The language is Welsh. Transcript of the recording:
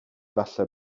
falle